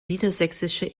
niedersächsische